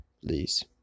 Please